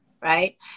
right